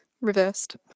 reversed